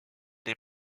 des